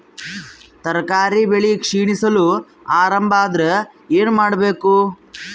ತರಕಾರಿ ಬೆಳಿ ಕ್ಷೀಣಿಸಲು ಆರಂಭ ಆದ್ರ ಏನ ಮಾಡಬೇಕು?